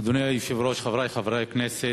אדוני היושב-ראש, חברי חברי הכנסת,